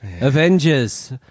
Avengers